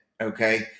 okay